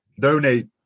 Donate